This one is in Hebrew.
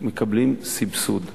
מקבלים סבסוד בגני-ילדים,